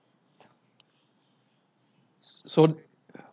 s~ so